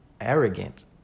arrogant